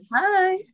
Hi